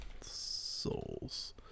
souls